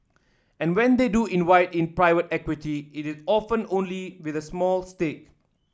and when they do invite in private equity it is often only with a small stake